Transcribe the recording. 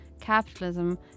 capitalism